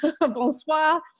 bonsoir